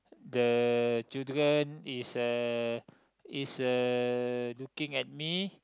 the children is uh is uh looking at me